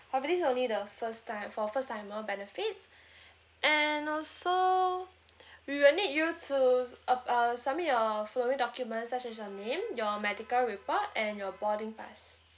this only the first time for first timer benefits and also we will need you to s~ uh uh submit your following documents such as your name your medical report and your boarding pass